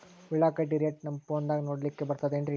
ಉಳ್ಳಾಗಡ್ಡಿ ರೇಟ್ ನಮ್ ಫೋನದಾಗ ನೋಡಕೊಲಿಕ ಬರತದೆನ್ರಿ?